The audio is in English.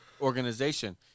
organization